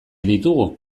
ditugu